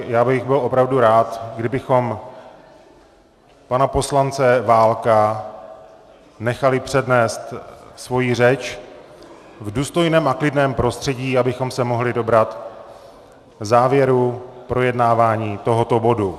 Byl bych opravdu rád, kdybychom pana poslance Válka nechali přednést svoji řeč v důstojném a klidném prostředí, abychom se mohli dobrat k závěru projednávání tohoto bodu.